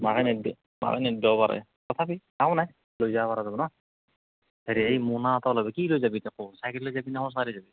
মাকে নিদিয়ে মাকে নিদিবও পাৰে তথাপি একো নাই লৈ যাব পৰা যাব ন' হেৰি এই মোনা এটাও ল'বি কি লৈ যাবি চাইকেল লৈ যাবিনে খোজকাঢ়ি যাবি